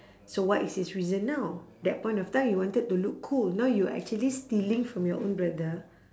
so what is his reason now that point of time you wanted to look cool now you actually stealing from your own brother